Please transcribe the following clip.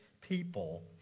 people